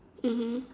mmhmm